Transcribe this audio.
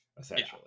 essentially